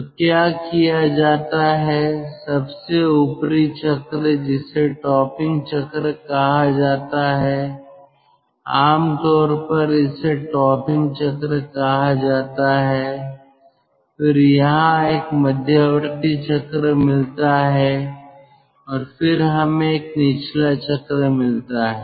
तो क्या किया जाता है सबसे ऊपरी चक्र जिसे टॉपिंग चक्र कहा जाता है आमतौर पर इसे टॉपिंग चक्र कहा जाता है फिर यहां एक मध्यवर्ती चक्र मिलता है और फिर हमें एक निचला चक्र मिलता है